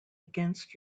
against